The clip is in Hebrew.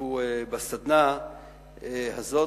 השתתפו בסדנה הזאת.